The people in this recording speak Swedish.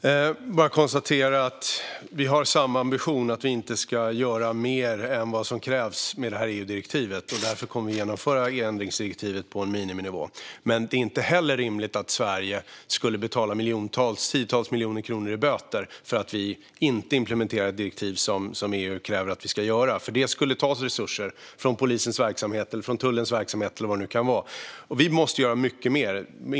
Fru talman! Jag bara konstaterar att vi har samma ambition: att vi inte ska göra mer än vad som krävs med detta EU-direktiv. Därför kommer vi att genomföra ändringsdirektivet på en miniminivå. Men det är inte heller rimligt att Sverige skulle betala tiotals miljoner kronor i böter för att vi inte implementerar ett direktiv, som EU kräver att vi ska göra. Det skulle nämligen ta resurser från polisens verksamhet eller från tullens verksamhet eller vad det nu kan vara. Vi måste göra mycket mer.